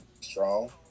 Strong